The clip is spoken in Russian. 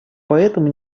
поэтому